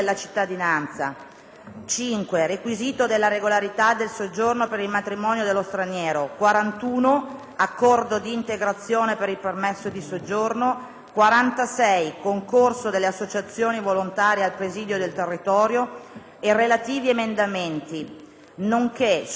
5 (requisito della regolarità del soggiorno per il matrimonio dello straniero), 41 (accordo di integrazione per il permesso di soggiorno), 46 (concorso delle associazioni volontarie al presidio del territorio) e relativi emendamenti; nonché sugli emendamenti